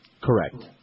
Correct